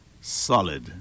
Solid